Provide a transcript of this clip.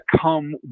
come